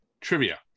Trivia